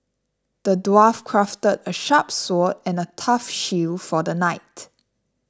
the dwarf crafted a sharp sword and a tough shield for the knight